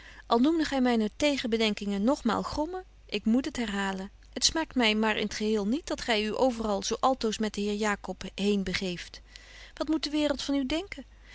al noemde gy myne tegenbedenkingen nog maal grommen ik moet het herhalen het smaakt betje wolff en aagje deken historie van mejuffrouw sara burgerhart my maar in t geheel niet dat gy u overal zo altoos met den heer jacob heen begeeft wat moet de waereld van u denken